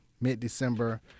mid-December